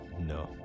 No